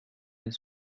les